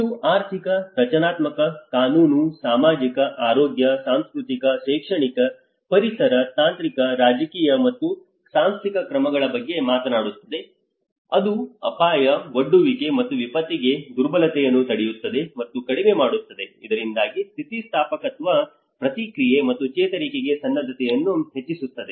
ಇದು ಆರ್ಥಿಕ ರಚನಾತ್ಮಕ ಕಾನೂನು ಸಾಮಾಜಿಕ ಆರೋಗ್ಯ ಸಾಂಸ್ಕೃತಿಕ ಶೈಕ್ಷಣಿಕ ಪರಿಸರ ತಾಂತ್ರಿಕ ರಾಜಕೀಯ ಮತ್ತು ಸಾಂಸ್ಥಿಕ ಕ್ರಮಗಳ ಬಗ್ಗೆ ಮಾತನಾಡುತ್ತದೆ ಅದು ಅಪಾಯ ಒಡ್ಡುವಿಕೆ ಮತ್ತು ವಿಪತ್ತಿಗೆ ದುರ್ಬಲತೆಯನ್ನು ತಡೆಯುತ್ತದೆ ಮತ್ತು ಕಡಿಮೆ ಮಾಡುತ್ತದೆ ಇದರಿಂದಾಗಿ ಸ್ಥಿತಿಸ್ಥಾಪಕತ್ವ ಪ್ರತಿಕ್ರಿಯೆ ಮತ್ತು ಚೇತರಿಕೆಗೆ ಸನ್ನದ್ಧತೆಯನ್ನು ಹೆಚ್ಚಿಸುತ್ತದೆ